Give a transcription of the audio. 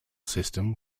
system